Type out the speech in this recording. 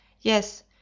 Yes